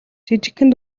жижигхэн